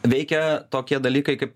veikia tokie dalykai kaip